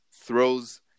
throws